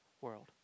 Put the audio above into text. world